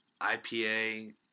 IPA